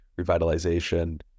revitalization